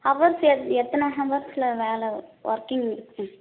hours எத்தனை ஹவர்ஸ்சில் வேலை ஒர்க்கிங்